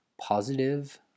positive